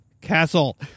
Castle